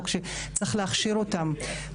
צריך להכשיר אותם.